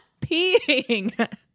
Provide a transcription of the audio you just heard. peeing